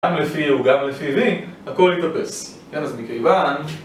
גם לפי U, גם לפי V, הכל יתאפס כן, אז מכיוון...